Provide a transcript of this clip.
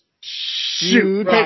Shoot